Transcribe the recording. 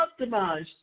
optimized